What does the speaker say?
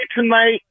tonight